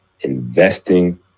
Investing